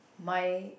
my